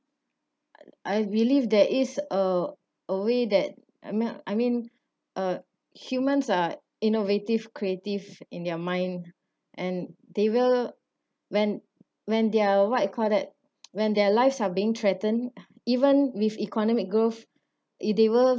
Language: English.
I I believe there is a a way that amount I mean uh humans are innovative creative in their mind and they will when when their what you call that when their lives are being threatened even with economic growth if they were